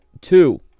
two